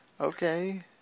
okay